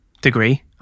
degree